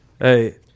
Hey